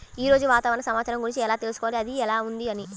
ఈరోజు వాతావరణ సమాచారం గురించి ఎలా తెలుసుకోవాలి అది ఎలా ఉంది అని?